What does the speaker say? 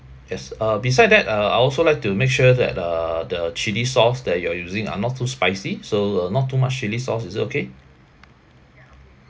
yes uh beside that uh I also like to make sure that uh the chilli sauce that you are using are not too spicy so uh not too much chilli sauce is it okay